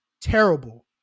Terrible